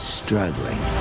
struggling